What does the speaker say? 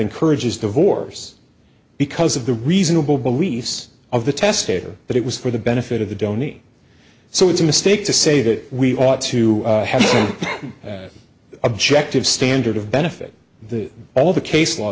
encourages divorce because of the reasonable beliefs of the tester but it was for the benefit of the dony so it's a mistake to say that we ought to have an objective standard of benefit the all the case law